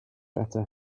better